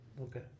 Okay